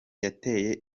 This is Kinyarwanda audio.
yateye